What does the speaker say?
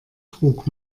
trug